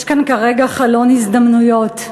יש כאן כרגע חלון הזדמנויות.